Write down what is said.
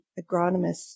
agronomists